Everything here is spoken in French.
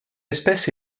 espèce